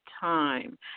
time